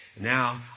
Now